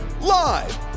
Live